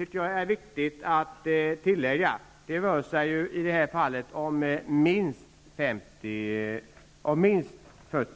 Men jag tycker att det är viktigt att det ju rör sig om minst 40